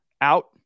Out